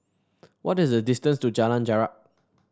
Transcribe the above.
what is the distance to Jalan Jarak